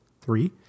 Three